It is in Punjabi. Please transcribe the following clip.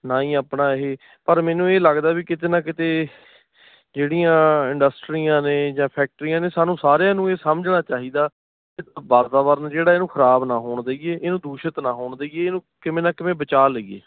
ਨਾ ਹੀ ਆਪਣਾ ਇਹ ਪਰ ਮੈਨੂੰ ਇਹ ਲੱਗਦਾ ਵੀ ਕਿਤੇ ਨਾ ਕਿਤੇ ਜਿਹੜੀਆਂ ਇੰਡਸਟਰੀਆਂ ਨੇ ਜਾਂ ਫੈਕਟਰੀਆਂ ਨੇ ਸਾਨੂੰ ਸਾਰਿਆਂ ਨੂੰ ਇਹ ਸਮਝਣਾ ਚਾਹੀਦਾ ਵਾਤਾਵਰਨ ਜਿਹੜਾ ਇਹਨੂੰ ਖ਼ਰਾਬ ਨਾ ਹੋਣ ਦੇਈਏ ਇਹਨੂੰ ਦੂਸ਼ਿਤ ਨਾ ਹੋਣ ਦੇਈਏ ਇਹਨੂੰ ਕਿਵੇਂ ਨਾ ਕਿਵੇਂ ਬਚਾ ਲਈਏ